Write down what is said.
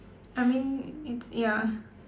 I mean it's ya